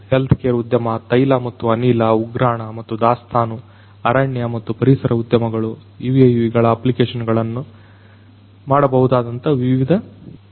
health care ಉದ್ಯಮ ತೈಲ ಮತ್ತು ಅನಿಲ ಉಗ್ರಾಣ ಮತ್ತು ದಾಸ್ತಾನು ಅರಣ್ಯ ಮತ್ತು ಪರಿಸರ ಉದ್ಯಮಗಳು UAVಗಳ ಅಪ್ಲಿಕೇಶನ್ ಗಳನ್ನು ಮಾಡಬಹುದಾದಂತಹ ವಿವಿಧ ಉದ್ಯಮಗಳಾಗಿವೆ